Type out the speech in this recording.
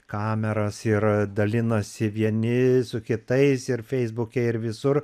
kameras ir dalinasi vieni su kitais ir feisbuke ir visur